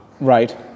Right